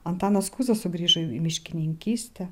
antanas kuzas sugrįžo į miškininkystę